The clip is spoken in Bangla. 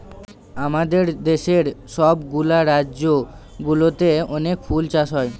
আমাদের দেশের সব গুলা রাজ্য গুলোতে অনেক ফুল চাষ হয়